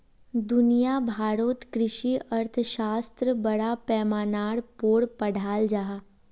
दुनिया भारोत कृषि अर्थशाश्त्र बड़ा पैमानार पोर पढ़ाल जहा